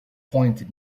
pointed